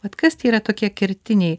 vat kas tie yra tokie kertiniai